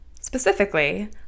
Specifically